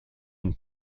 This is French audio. une